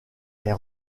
est